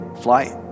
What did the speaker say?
flight